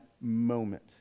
moment